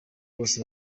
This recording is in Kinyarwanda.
bose